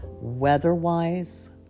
Weather-wise